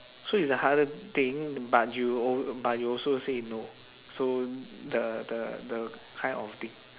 so is the hardest thing but you al~ but you also say no so the the the kind of thing